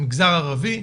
המגזר הערבי,